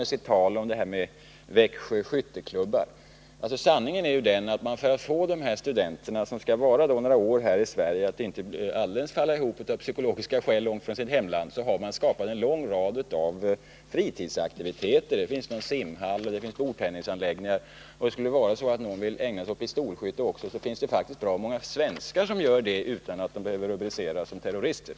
Jag tänker på talet om Växjö skytteklubbar. Sanningen är ju att man — för att få de här studenterna, som skall vistas här i Sverige under några år, att inte alldeles falla ihop av psykiska skäl när de är så långt borta från sitt hemland — har anvisat dem en lång rad av fritidsaktiviteter. Det finns en simhall, och det finns bordtennisanläggningar. Och skulle det vara så att någon av dem också vill ägna sig åt pistolskytte, så vill jag påminna om att det faktiskt också finns bra många svenskar som gör det utan att de behöver betecknas som terrorister.